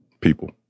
People